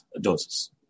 doses